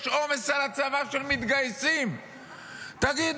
יש עומס של מתגייסים על הצבא.